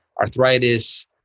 arthritis